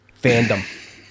fandom